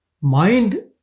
mind